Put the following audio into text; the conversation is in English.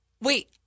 Wait